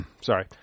Sorry